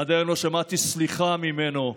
עד היום לא שמעתי סליחה ממנו,